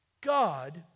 God